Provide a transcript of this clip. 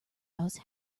house